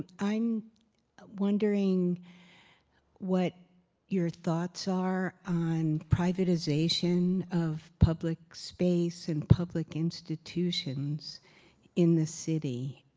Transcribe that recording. i'm wondering what your thoughts are on privatization of public space and public institutions in this city.